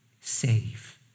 Save